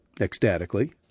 ecstatically